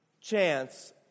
chance